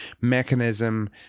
mechanism